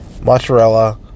Mozzarella